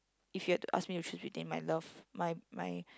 if you had to ask me to choose between my love my my